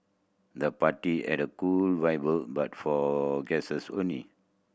the party had a cool vibe but for guests only